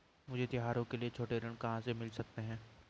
मुझे त्योहारों के लिए छोटे ऋण कहाँ से मिल सकते हैं?